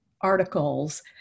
articles